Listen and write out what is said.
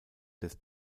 des